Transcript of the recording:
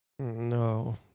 No